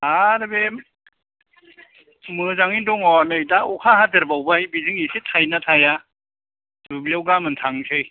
आर बे मोजाङै नो दङ नै दा अखा हादेर बावबाय बेजों एसे थायो ना थाया दुब्लियाव गामोन थांसै